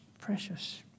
Precious